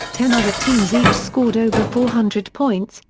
ten other teams each scored over four hundred points,